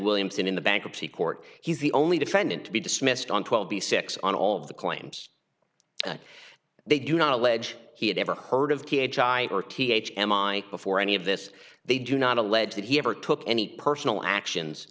williamson in the bankruptcy court he's the only defendant to be dismissed on twelve b six on all of the claims that they do not allege he had ever heard of or th m i before any of this they do not allege that he ever took any personal actions